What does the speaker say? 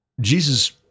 Jesus